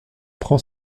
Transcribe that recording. prend